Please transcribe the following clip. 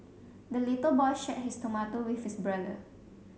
the little boy shared his tomato with his brother